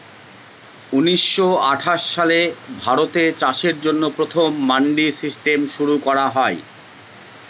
উনিশশো আঠাশ সালে ভারতে চাষের জন্য প্রথম মান্ডি সিস্টেম শুরু করা হয়